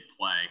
play